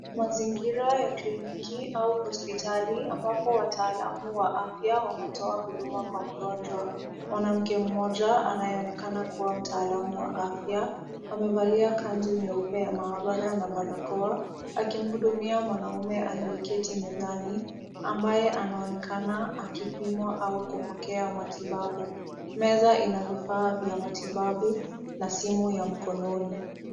Mazingira ya kliniki au hospitali ambapo wataalamu wa afya wanatoa huduma kwa mgonjwa. Mwanamke mmoja anayeonekana kuwa mtaalamu wa afya amevalia kanzu nyeupe ya maabara na barakoa akimhudumia mwanaume aliyeketi mezani ambaye anaonekana akipimwa au kupokea matibabu. Meza ina vifaa vya matibabu na simu ya mkononi.